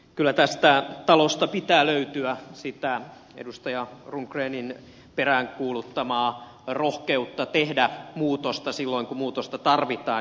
kyllä tästä talosta pitää löytyä sitä edustaja rundgrenin peräänkuuluttamaa rohkeutta tehdä muutosta silloin kun muutosta tarvitaan